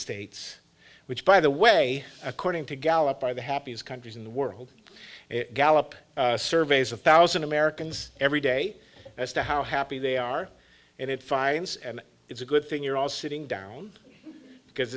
states which by the way according to gallup by the happiest countries in the world gallup surveys of thousand americans every day as to how happy they are and it finds and it's a good thing you're all sitting down because